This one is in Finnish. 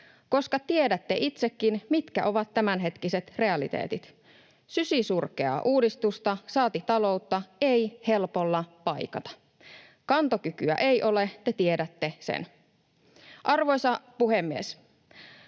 Koska tiedätte itsekin, mitkä ovat tämänhetkiset realiteetit. Sysisurkeaa uudistusta, saati taloutta ei helpolla paikata. Kantokykyä ei ole, te tiedätte sen. Arvoisa puhemies!